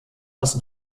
das